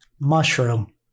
mushroom